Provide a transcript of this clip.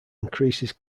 increases